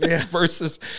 versus